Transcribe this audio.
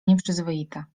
nieprzyzwoita